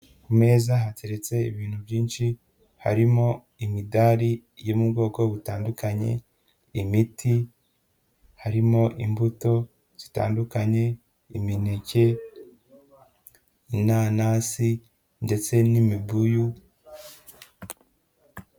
Ku meza hateretse ibintu byinshi harimo imidari yo mu bwoko butandukanye, imiti harimo imbuto zitandukanye imineke, inanasi ndetse n'imibuyu.